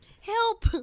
Help